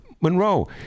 Monroe